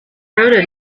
proto